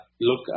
look